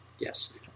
Yes